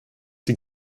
die